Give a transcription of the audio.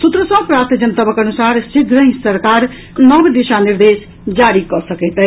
सूत्र सँ प्राप्त जनतबक अनुसार शीघ्रहिँ सरकार नव दिशा निर्देश जारी कऽ सकैत अछि